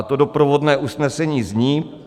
To doprovodné usnesení zní: